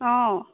অ